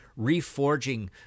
reforging